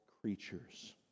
creatures